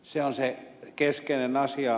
se on se keskeinen asia